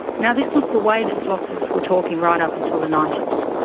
now, this was the way that philosophers were talking right up until the ninety s.